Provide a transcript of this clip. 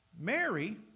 Mary